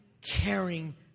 caring